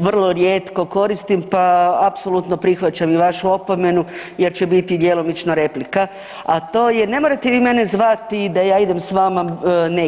vrlo rijetko koristim, pa apsolutno prihvaćam i vašu opomenu jer će biti djelomično replika, a to je ne morate vi mene zvati da ja idem s vama negdje.